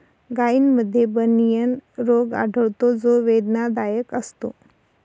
गायींमध्ये बनियन रोग आढळतो जो वेदनादायक असतो